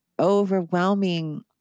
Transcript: overwhelming